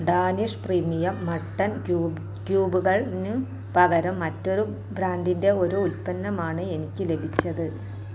Danish premium mutton cube ക്യൂബുകളിന് പകരം മറ്റൊരു ബ്രാൻഡിന്റെ ഒരു ഉൽപ്പന്നമാണ് എനിക്ക് ലഭിച്ചത്